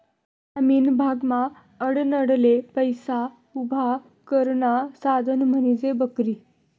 ग्रामीण भागमा आडनडले पैसा उभा करानं साधन म्हंजी बकरी